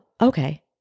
okay